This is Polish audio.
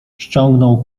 ściągnął